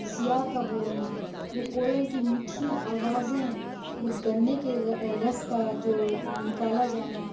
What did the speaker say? سیّار کا بولنا وہ کویل کی میٹھی آوازیں وہ گنّے کے رَس کا جو نکالا جانا